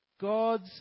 God's